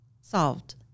solved